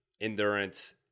endurance